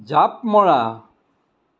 জাপ মৰা